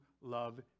love